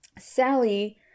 Sally